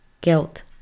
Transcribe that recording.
guilt